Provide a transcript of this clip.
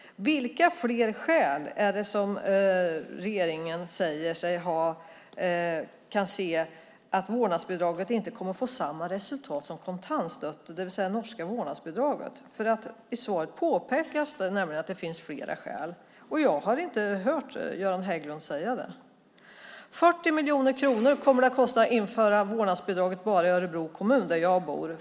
Vilka fler skäl säger sig regeringen kunna se för att vårdnadsbidraget inte kommer att få samma resultat som kontantstøtten , det vill säga det norska vårdnadsbidraget? I svaret påpekas nämligen att det finns flera skäl, men jag har inte hört Göran Hägglund säga vilka de är. 40 miljoner kronor kommer det att kosta att införa vårdnadsbidraget bara i Örebro kommun, där jag bor.